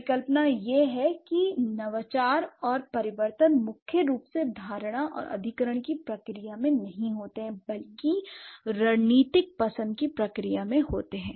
परिकल्पना यह है कि नवाचार और परिवर्तन मुख्य रूप से धारणा और अधिग्रहण की प्रक्रिया में नहीं होते हैं बल्कि रणनीतिक पसंद की प्रक्रिया में होते हैं